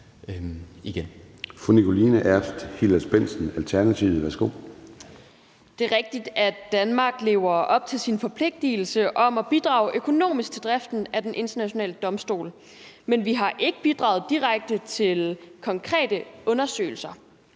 Det er rigtigt, at Danmark lever op til sin forpligtigelse om at bidrage økonomisk til driften af Den Internationale Domstol, men vi har ikke bidraget direkte til konkrete undersøgelser.